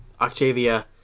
Octavia